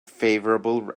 favorable